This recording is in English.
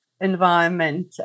environment